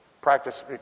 practice